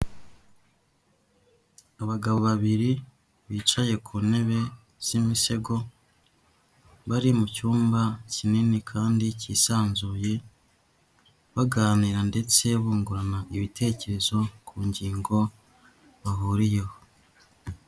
Abagabo babiri bicaye ku ntebe z'imisego, bari mu cyumba kinini kandi kisanzuye, baganira ndetse bungurana ibitekerezo, ku ngingo bahuriyeho.